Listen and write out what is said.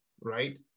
right